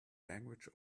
language